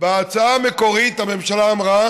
בהצעה המקורית הממשלה אמרה